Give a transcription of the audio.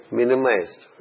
minimized